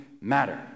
matter